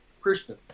Christian